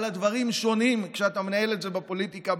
אבל הדברים שונים כשאתה מנהל את זה בפוליטיקה,